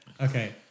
okay